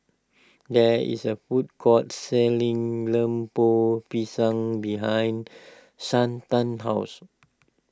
there is a food court selling Lemper Pisang behind Shanta's house